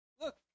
Look